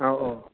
ꯑꯧ ꯑꯧ